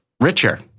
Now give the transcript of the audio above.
richer